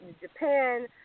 Japan